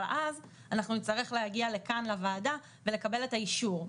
אבל אז נצטרך להגיע לוועדה ולקבל את האישור.